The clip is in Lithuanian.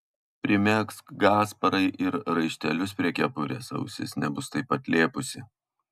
primegzk gasparai ir raištelius prie kepurės ausis nebus taip atlėpusi